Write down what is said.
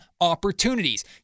opportunities